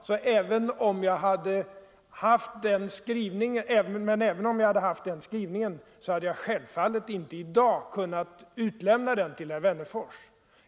Men även om jag haft skrivningen = Ang. principerna för klar, hade jag självfallet inte i dag kunnat utlämna den till herr Wen = eftergift av lån för nerfors.